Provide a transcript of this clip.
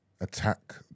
attack